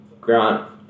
Grant